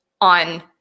on